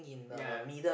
ya